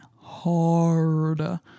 hard